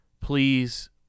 please